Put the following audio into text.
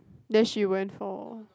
then she went for